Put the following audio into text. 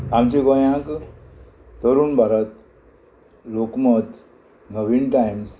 आमच्या गोंयाक तरूण भारत लोकमत नव्हींद टायम्स